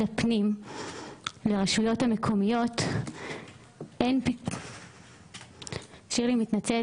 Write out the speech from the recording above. הפנים לרשויות המקומיות נשלח לכל המנהלים